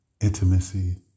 intimacy